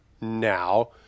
Now